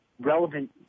relevant